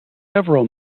several